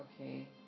Okay